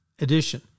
edition